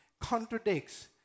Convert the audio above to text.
contradicts